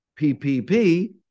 PPP